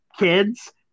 Kids